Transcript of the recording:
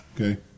Okay